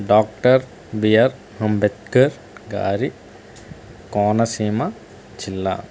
doctor BR Ambedkar గారి కోనసీమ జిల్లా